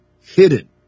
hidden